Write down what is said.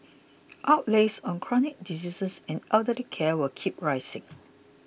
outlays on chronic diseases and elderly care will keep rising